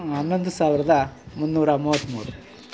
ಹನ್ನೊಂದು ಸಾವಿರದ ಮುನ್ನೂರ ಮೂವತ್ಮೂರು